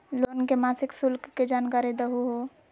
Loan के मासिक शुल्क के जानकारी दहु हो?